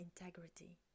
integrity